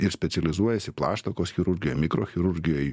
ir specializuojasi plaštakos chirurgijoj mikrochirurgijoj